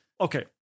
Okay